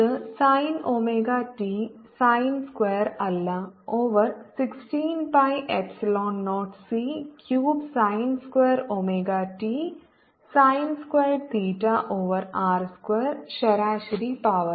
ഇത് sine omega t sine square അല്ല over 16 pi epsilon 0 c cube sine square omega t sine squared theta over r square ശരാശരി power